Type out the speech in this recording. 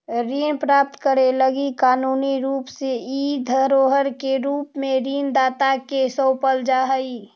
ऋण प्राप्त करे लगी कानूनी रूप से इ धरोहर के रूप में ऋण दाता के सौंपल जा हई